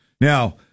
Now